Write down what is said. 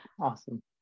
Awesome